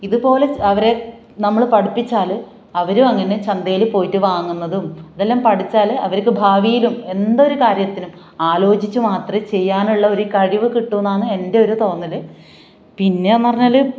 ഇതുപോലെ അവരെ നമ്മൾ പഠിപ്പിച്ചാൽ അവരും അങ്ങനെ ചന്തയിൽ പോയിട്ട് വാങ്ങുന്നതും ഇതെല്ലാം പഠിച്ചാൽ അവർക്ക് ഭാവിയിലും എന്തൊരു കാര്യത്തിനും ആലോചിച്ച് മാത്രമേ ചെയ്യാനുള്ള ഒരു കഴിവ് കിട്ടുമെന്നാണ് എൻ്റെ ഒരു തോന്നൽ പിന്നെ എന്ന് പറഞ്ഞാൽ